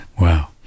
Wow